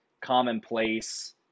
commonplace